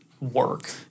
work